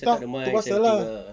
entah tu pasal lah